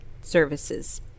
services